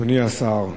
אדוני השר,